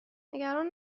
نگران